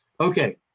Okay